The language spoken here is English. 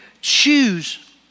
choose